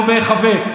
לא בהיחבא.